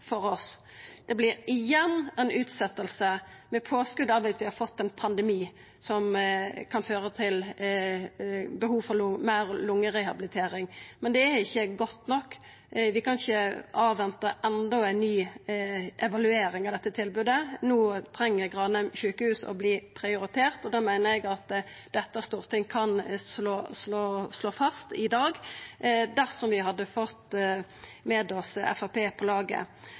for oss. Det vert igjen ei utsetjing, med påskot om at vi har fått ein pandemi som kan føra til behov for meir lungerehabilitering. Men det er ikkje godt nok. Vi kan ikkje venta på enda ei ny evaluering av dette tilbodet. No treng Granheim sjukehus å verta prioritert. Det meiner eg Stortinget kunne slått fast i dag, dersom vi hadde fått med oss Framstegspartiet på laget.